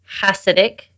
Hasidic